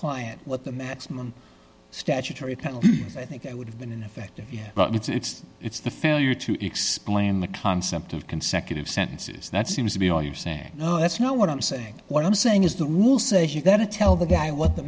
client what the maximum statutory i think i would have been ineffective yeah but it's it's the failure to explain the concept of consecutive sentences that seems to be all you're saying no that's not what i'm saying what i'm saying is the rule says you got to tell the guy what the